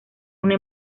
una